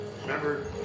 Remember